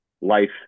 life